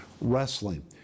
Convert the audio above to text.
wrestling